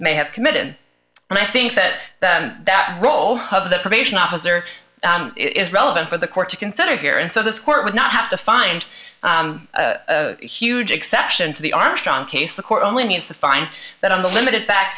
may have committed and i think that that role of the probation officer is relevant for the court to consider here and so this court would not have to find huge exception to the armstrong case the court only needs to find that on the limited fac